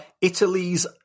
Italy's